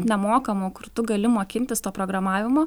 nemokamų kur tu gali mokintis to programavimo